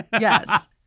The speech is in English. Yes